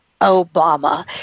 Obama